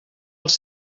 els